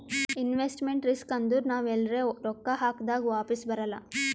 investment risk ಅಂದುರ್ ನಾವ್ ಎಲ್ರೆ ರೊಕ್ಕಾ ಹಾಕ್ದಾಗ್ ವಾಪಿಸ್ ಬರಲ್ಲ